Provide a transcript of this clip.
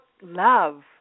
love